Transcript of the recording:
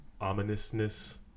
ominousness